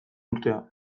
urtea